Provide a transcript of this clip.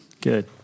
Good